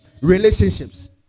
relationships